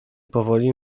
powoli